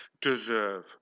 deserve